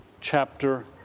chapter